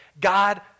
God